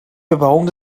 bebauung